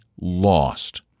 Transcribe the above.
lost